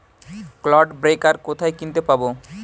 Clod breaker কোথায় কিনতে পাব?